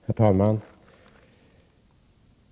Herr talman!